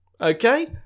okay